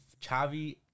Chavi